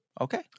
Okay